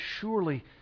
surely